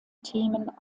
themen